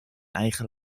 eigen